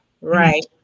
Right